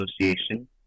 Association